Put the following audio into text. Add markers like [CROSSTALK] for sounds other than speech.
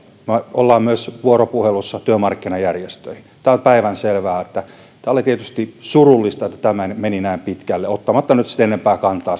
olemme myös vuoropuhelussa työmarkkinajärjestöihin päin tämä on päivänselvää tämä oli tietysti surullista että tämä meni näin pitkälle ottamatta nyt enempää kantaa [UNINTELLIGIBLE]